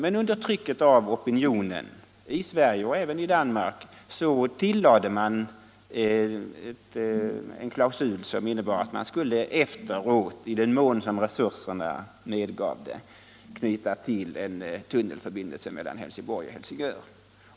Men under trycket av opinionen i Sverige och även i Danmark tillade man en klausul som innebar att man längre fram i den mån som resurserna medgav det skulle bygga även en tunnelförbindelse mellan Helsingborg och Helsingör.